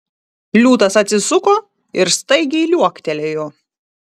liūtas atsisuko ir staigiai liuoktelėjo